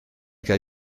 cei